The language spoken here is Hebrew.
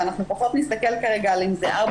ואנחנו פחות נסתכל כרגע על אם זה ארבע